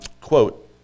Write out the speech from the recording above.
Quote